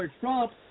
Trump